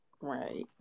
right